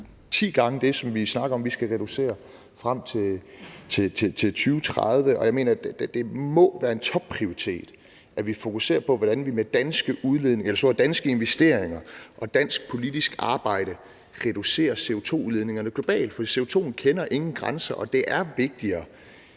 ti gange det, som vi snakker om vi skal reducere med frem til 2030. Og jeg mener, at det må være en topprioritet, at vi fokuserer på, hvordan vi med danske investeringer og dansk politisk arbejde kan reducere CO2-udledningerne globalt, for CO2'en kender ingen grænser. Og det er vigtigere,